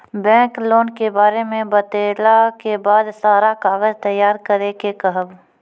Bank loan के बारे मे बतेला के बाद सारा कागज तैयार करे के कहब?